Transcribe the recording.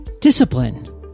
discipline